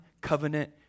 covenant